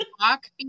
walk